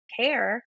care